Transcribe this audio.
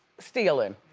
stealing